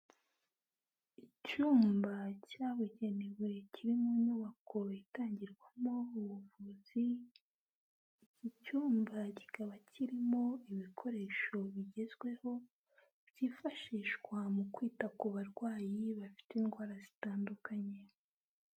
Icyumba cyabugenewe kiri mu nyubako itangirwamo ubuvuzi, iki cyumba kikaba kirimo ibikoresho bigezweho, byifashishwa mu kwita ku barwayi bafite indwara zitandukanye.